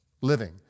Living